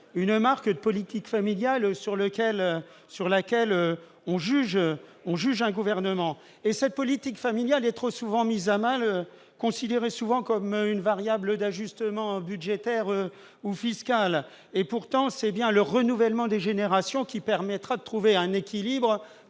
une marque de la politique familiale, sur laquelle on juge un gouvernement. Cette politique familiale est trop souvent mise à mal et considérée comme une variable d'ajustement budgétaire ou fiscale. Pourtant, c'est bien le renouvellement des générations qui permettra de trouver un équilibre